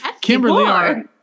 Kimberly